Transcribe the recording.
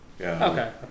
Okay